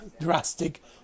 drastic